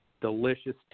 delicious